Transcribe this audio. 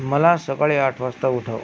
मला सकाळी आठ वाजता उठव